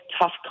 tough